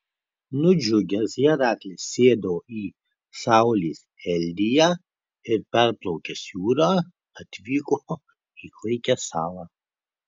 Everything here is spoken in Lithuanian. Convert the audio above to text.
nudžiugęs heraklis sėdo į saulės eldiją ir perplaukęs jūrą atvyko į klaikią salą